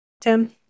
Tim